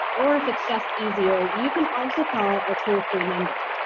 or if it's just easier, you can also call our toll free number.